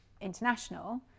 international